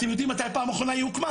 אתם יודעים מתי פעם אחרונה היא הוקמה?